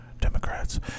Democrats